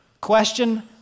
Question